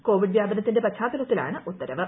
Covid വ്യാപനത്തിന്റെ പശ്ചാത്തലത്തിലാണ് ഉത്തരവ്